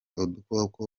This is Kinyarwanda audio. udukoko